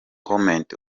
comment